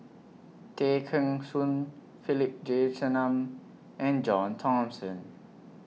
Tay Kheng Soon Philip Jeyaretnam and John Thomson